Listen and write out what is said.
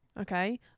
Okay